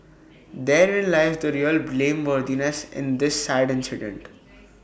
therein lies the real blameworthiness in this sad incident